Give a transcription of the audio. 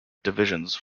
divisions